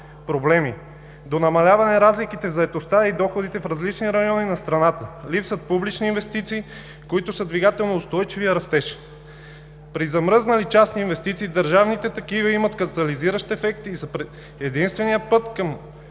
проблеми, до намаляване разликите в заетостта и доходите в различни райони на страната. Липсват публични инвестиции, които са двигател на устойчивия растеж. При замръзнали частни инвестиции държавните имат катализиращ ефект и са единственият път към